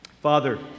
Father